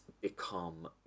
become